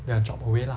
their job way lah